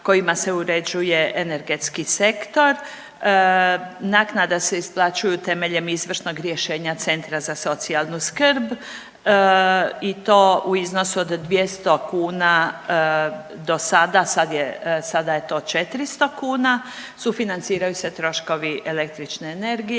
kojima se uređuje energetski sektor. Naknada se isplaćuje temeljem izvršnog rješenja Centra za socijalnu skrb i to u iznosu od 200 kuna do sada. Sada je to 400 kuna. Sufinanciraju se troškovi električne energije,